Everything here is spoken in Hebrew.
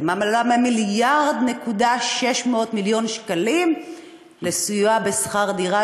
למעלה מ-1.6 מיליארד שקלים לסיוע בשכר דירה,